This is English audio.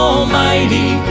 Almighty